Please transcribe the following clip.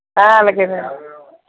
అలాగేనండి